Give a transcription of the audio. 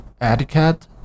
etiquette